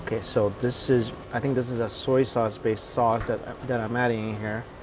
so this is, i think this is a soy sauce based sauce that that i'm adding here